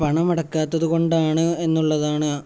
പണം അടയ്ക്കാത്തതുകൊണ്ടാണ് എന്നുള്ളതാണ്